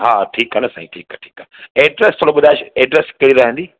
हा ठीकु आहे न साईं ठीकु आहे ठीकु आहे एड्रेस थोरो ॿुधाइ छॾियो एड्रेस कहिड़ी रहंदी